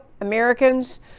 Americans